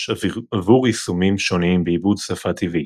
עבור יישומים שונים בעיבוד שפה טבעית.